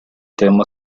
tema